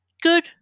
good